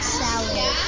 salad